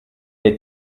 les